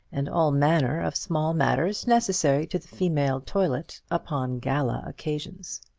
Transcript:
and all manner of small matters necessary to the female toilet upon gala occasions.